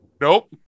Nope